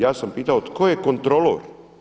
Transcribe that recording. Ja sam pitao tko je kontrolor?